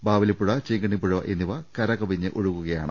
ബാവലിപ്പുഴ ചീങ്കണ്ണിപ്പുഴ എന്നിവ കരകവിഞ്ഞ് ഒഴുകുകയാണ്